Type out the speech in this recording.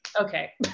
okay